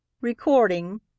Recording